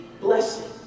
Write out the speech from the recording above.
blessing